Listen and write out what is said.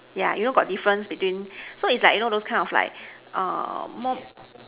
yeah you know got difference between so is like you know those kind of like more